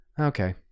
Okay